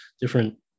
different